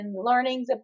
learnings